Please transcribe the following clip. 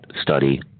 study